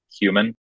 human